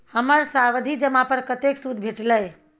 हमर सावधि जमा पर कतेक सूद भेटलै?